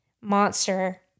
monster